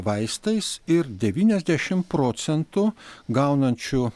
vaistais ir devyniasdešimt procentų gaunančių